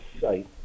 site